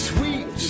Sweet